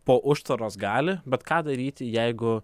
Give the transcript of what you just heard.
po užtvaros gali bet ką daryti jeigu